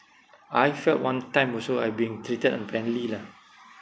I felt one time also I being treated unfairly lah